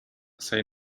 say